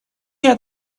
had